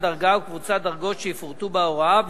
דרגה או קבוצת דרגות שיפורטו בהוראה,